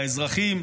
לאזרחים,